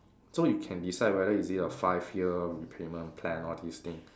so you can decide whether is it a five year repayment plan all these thing